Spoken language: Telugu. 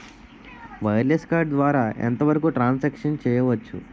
వైర్లెస్ కార్డ్ ద్వారా ఎంత వరకు ట్రాన్ సాంక్షన్ చేయవచ్చు?